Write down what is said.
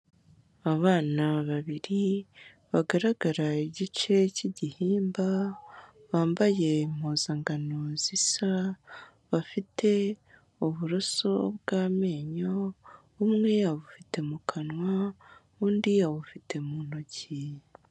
Abana babiri, bagaragara igice cy'igihimba, bambaye impuzangano zisa, bafite uburoso bw'amenyo, umwe abufite mu kanwa, undi abufite mu ntoki.